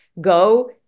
go